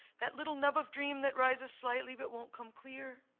that little nub of dream that rises slightly but won't come clear,